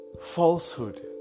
falsehood